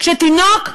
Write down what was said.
כשתינוק נרצח,